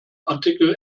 artikel